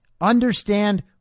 understand